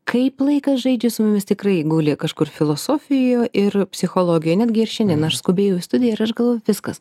kaip laikas žaidžia su mumis tikrai guli kažkur filosofijo ir psichologijoj netgi ir šiandien aš skubėjau į studiją ir aš galvo viskas